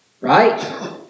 Right